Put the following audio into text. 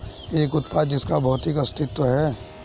एक उत्पाद जिसका भौतिक अस्तित्व है?